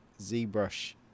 zbrush